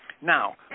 Now